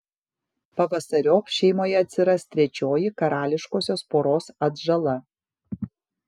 pavasariop šeimoje atsiras trečioji karališkosios poros atžala